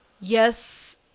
yes